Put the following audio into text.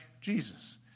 Jesus